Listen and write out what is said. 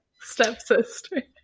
Stepsister